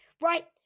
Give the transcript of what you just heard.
right